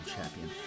champion